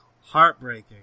heartbreaking